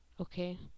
Okay